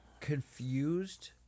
confused